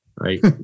right